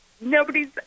nobody's